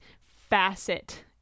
facet